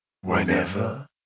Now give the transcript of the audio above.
whenever